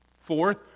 Fourth